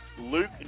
Luke